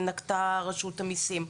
שנקטה רשות המסים.